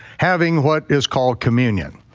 having what is called communion.